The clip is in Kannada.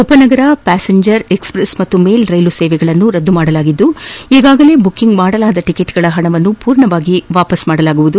ಉಪನಗರ ಪ್ಯಾಸೆಂಜರ್ ಎಕ್ಸ್ಪ್ರೆಸ್ ಮತ್ತು ಮೇಲ್ ರೈಲು ಸೇವೆಗಳನ್ನು ರದ್ದುಪಡಿಸಲಾಗಿದ್ದು ಈಗಾಗಲೇ ಬುಕ್ಕಿಂಗ್ ಮಾಡಲಾದ ಟಿಕೆಟ್ಗಳ ಹಣವನ್ನು ಪೂರ್ಣವಾಗಿ ವಾಪಸ್ಸು ಮಾಡಲಾಗುವುದು